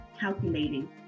calculating